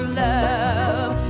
love